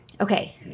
okay